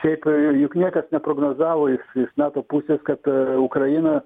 šiaip juk niekas neprognozavo iš nato pusės kad ukraina